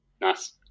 Nice